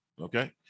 okay